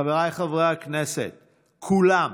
חבריי חברי הכנסת כולם,